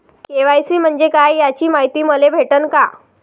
KYC म्हंजे काय याची मायती मले भेटन का?